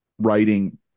writing